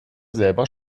selber